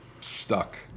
stuck